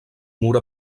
mur